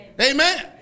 Amen